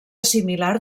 similar